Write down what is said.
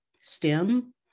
STEM